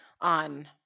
on